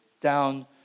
down